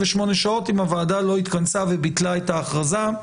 שעות אם הוועדה לא התכנסה וביטלה את ההכרזה,